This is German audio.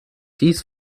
dies